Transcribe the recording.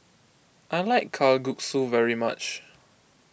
I like Kalguksu very much